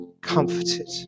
comforted